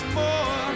more